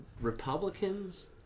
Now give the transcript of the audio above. Republicans